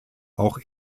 auch